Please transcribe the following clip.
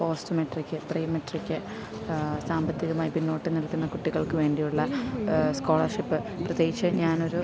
post-matric pre matric സാമ്പത്തികമായി പിന്നോട്ട് നിൽക്കുന്ന കുട്ടികൾക്ക് വേണ്ടിയുള്ള സ്കോളർഷിപ്പ് പ്രത്യേകിച്ച് ഞാനൊരു